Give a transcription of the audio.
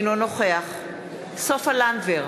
אינו נוכח סופה לנדבר,